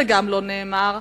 גם זה לא נאמר.